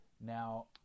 Now